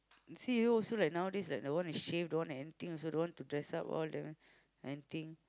see you also like nowadays don't want to shave don't want to anything also don't want to dress up all the anything